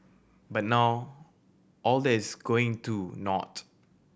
but now all that's going to naught